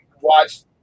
watch